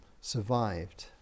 survived